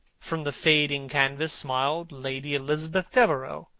from the fading canvas, smiled lady elizabeth devereux,